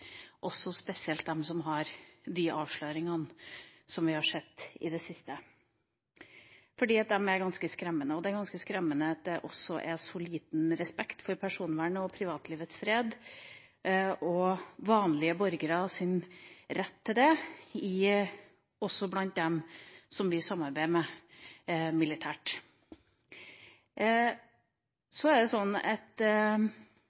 spesielt de som har opplevd avsløringene vi har sett i det siste. Disse avsløringene er ganske skremmende. Det er også ganske skremmende at det er så liten respekt for personvernet og privatlivets fred og vanlige borgeres rett til det, også blant dem som vi samarbeider med militært.